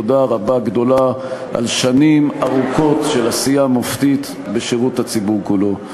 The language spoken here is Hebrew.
תודה רבה גדולה על שנים ארוכות של עשייה מופתית בשירות הציבור כולו.